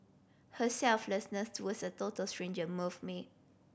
her selflessness towards a total stranger moved me